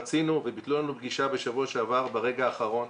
רצינו וביטלו לנו פגישה בשבוע שעבר ברגע האחרון,